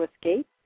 escape